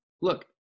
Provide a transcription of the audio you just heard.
look